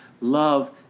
love